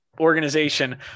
organization